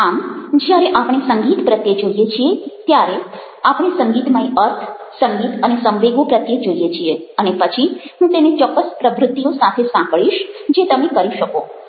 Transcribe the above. આમ જ્યારે આપણે સંગીત પ્રત્યે જોઈએ છીએ ત્યારે આપણે સંગીતમય અર્થ સંગીત અને સંવેગો પ્રત્યે જોઈએ છીએ અને પછી હું તેને ચોક્કસ પ્રવૃત્તિઓ સાથે સાંકળીશ જે તમે કરી શકો